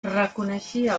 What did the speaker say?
reconeixia